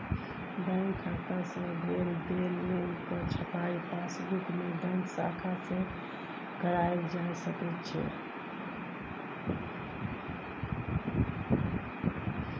bank खाता सँ भेल लेनदेनक छपाई पासबुकमे बैंक शाखा सँ कराएल जा सकैत छै